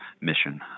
mission